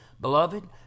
Beloved